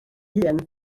hun